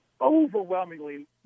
overwhelmingly